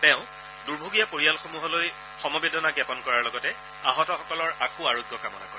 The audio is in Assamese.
তেওঁ দুৰ্ভগীয়া পৰিয়ালসমূহলৈ সমবেদনা জ্ঞাপন কৰাৰ লগতে আহতসকলৰ আশু আৰোগ্য কামনা কৰে